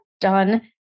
done